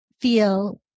feel